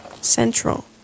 Central